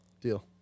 Deal